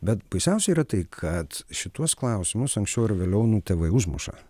bet baisiausia yra tai kad šituos klausimus anksčiau ar vėliau tėvai užmuša